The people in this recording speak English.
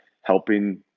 helping